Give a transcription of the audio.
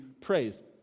praised